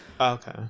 Okay